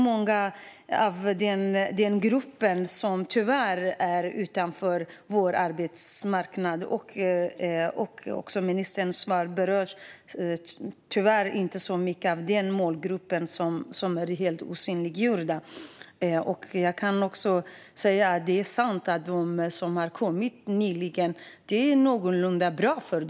Många av dessa kvinnor står utanför vår arbetsmarknad, men tyvärr berör ministern inte denna osynliggjorda grupp särskilt mycket i sitt svar. Det är sant att det går någorlunda bra för dem som kommit hit nyligen.